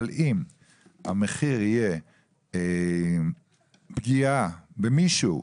אבל אם המחיר יהיה פגיעה במישהו,